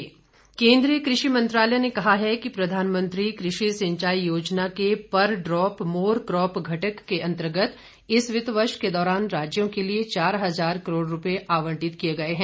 कृषि केंद्रीय कृषि मंत्रालय ने कहा है कि प्रधानमंत्री कृषि सिंचाई योजना के पर ड्राप मोरक्राप घटक के अंतर्गत इस वित्त वर्ष के दौरान राज्यों के लिए चार हजार करोड़ रूपये आवंटित किए गए हैं